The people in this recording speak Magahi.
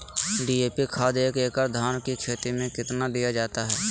डी.ए.पी खाद एक एकड़ धान की खेती में कितना दीया जाता है?